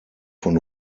von